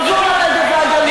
עבור הנגב והגליל,